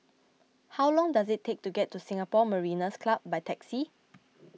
how long does it take to get to Singapore Mariners' Club by taxi